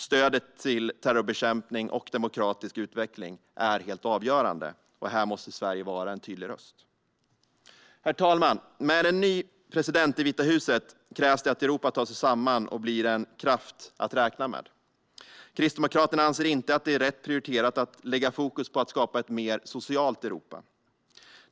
Stödet till terrorbekämpning och demokratisk utveckling är helt avgörande. Här måste Sverige vara en tydlig röst. Herr talman! Med en ny president i Vita huset krävs det att Europa tar sig samman och blir en kraft att räkna med. Kristdemokraterna anser inte att det är rätt prioriterat att lägga fokus på att skapa ett mer socialt Europa.